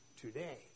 today